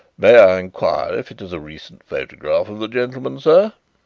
may i inquire if it is a recent photograph of the gentleman, sir?